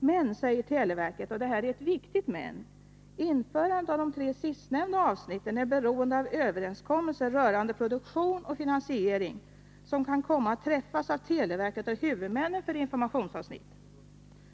Men, säger televerket — och det här är ett viktigt men —, införandet av de tre sistnämnda avsnitten är beroende av de överenskommelser rörande produktion och finansiering som kan komma att träffas mellan televerket och huvudmännen för informationsavsnitten.